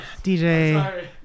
DJ